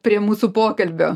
prie mūsų pokalbio